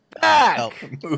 back